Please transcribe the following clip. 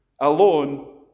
alone